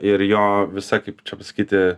ir jo visa kaip čia pasakyt